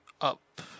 up